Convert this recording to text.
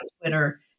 Twitter